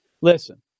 listen